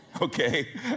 okay